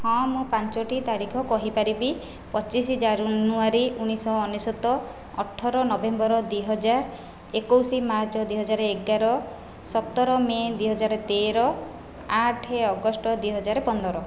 ହଁ ମୁଁ ପାଞ୍ଚୋଟି ତାରିଖ କହିପାରିବି ପଚିଶ ଜାନୁଆରୀ ଉଣେଇଶହ ଅନେଶ୍ଵତ ଅଠର ନଭେମ୍ବର ଦୁଇହଜାର ଏକୋଇଶ ମାର୍ଚ୍ଚ ଦୁଇହଜାର ଏଗାର ସତର ମେ' ଦୁଇହଜାର ତେର ଆଠ ଅଗଷ୍ଟ ଦୁଇହଜାର ପନ୍ଦର